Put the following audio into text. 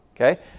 okay